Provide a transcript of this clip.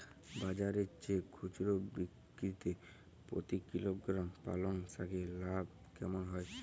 বাজারের চেয়ে খুচরো বিক্রিতে প্রতি কিলোগ্রাম পালং শাকে লাভ কেমন হয়?